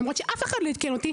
אבל אף אחד לא עדכן אותי